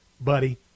buddy